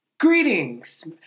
Greetings